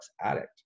addict